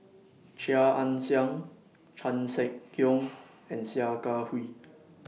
Chia Ann Siang Chan Sek Keong and Sia Kah Hui